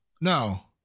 no